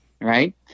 right